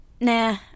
Nah